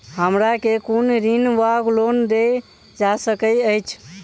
हमरा केँ कुन ऋण वा लोन देल जा सकैत अछि?